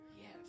yes